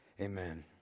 amen